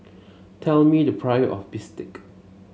tell me the price of Bistake